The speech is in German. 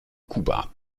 kuba